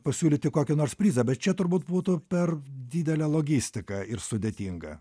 pasiūlyti kokį nors prizą bet čia turbūt būtų per didelė logistika ir sudėtinga